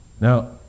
Now